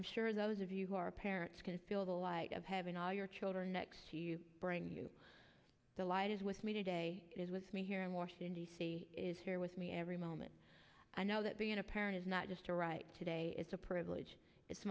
i'm sure those of you who are parents can feel the light of having all your children next to you bring you the light is with me today is with me here in washington d c is here with me every moment i know that being a parent is not just a right today it's a privilege it's